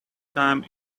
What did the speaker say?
time